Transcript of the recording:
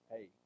Hey